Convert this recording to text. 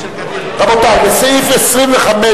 מי יושב-ראש